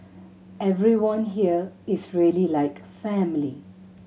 everyone here is really like family